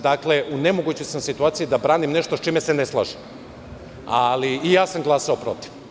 Dakle, u nemogućoj sam situaciji da branim nešto sa čime se ne slažem i glasao sam protiv.